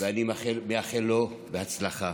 ואני מאחל לו הצלחה.